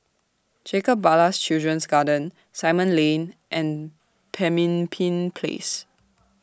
Jacob Ballas Children's Garden Simon Lane and Pemimpin Place